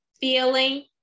feeling